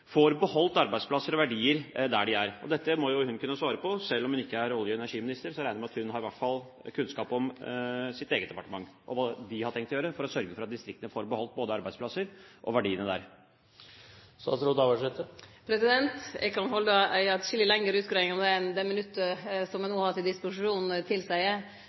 får beholde arbeidsplasser og verdier der de er. Dette må jo hun kunne svare på, selv om hun ikke er olje- og energiminister. Jeg regner med at hun i hvert fall har kunnskap om sitt eget departement og hva de har tenkt å gjøre for å sørge for at distriktene får beholde både arbeidsplassene og verdiene der. Eg kan halde ei atskilleg lengre utgreiing om det enn det minuttet eg no har til disposisjon,